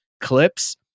clips